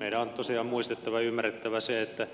meidän on tosiaan muistettava ja ymmärrettävä se että